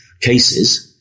cases